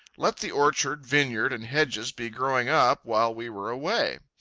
let the orchard, vineyard, and hedges be growing up while we were away.